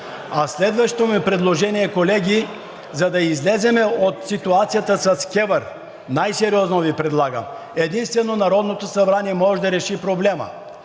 Следващото ми предложение, колеги, за да излезем от ситуацията с КЕВР, най-сериозно Ви предлагам, единствено Народното събрание може да реши проблема